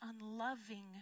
unloving